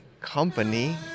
company